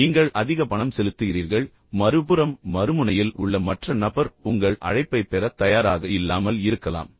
எனவே மீண்டும் நீங்கள் அதிக பணம் செலுத்துகிறீர்கள் மறுபுறம் மறுமுனையில் உள்ள மற்ற நபர் உங்கள் அழைப்பைப் பெறத் தயாராக இல்லாமல் இருக்கலாம்